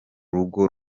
rugo